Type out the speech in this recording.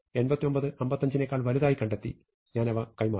89 55 നെക്കാൾ വലുതാണെന്ന് കണ്ടെത്തി ഞാൻ അവ കൈമാറും